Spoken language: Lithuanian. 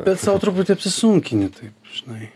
bet sau truputį apsisunkini tai žinai